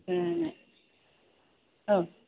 औ